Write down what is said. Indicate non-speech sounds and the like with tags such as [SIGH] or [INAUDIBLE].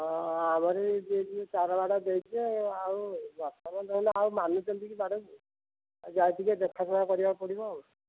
ହଁ ଆମରି ଏଇ ଦେଇଛେ ତାର ବାଡ଼ ଦେଇଛେ ଆଉ [UNINTELLIGIBLE] ବନ୍ଧ ହେଲେ ଆଉ ମାନୁଛନ୍ତି କି ବାଡ଼କୁ ଆ ଯାହା ଟିକେ ଦେଖାଶୁଣା କରିବାକୁ ପଡ଼ିବ ଆଉ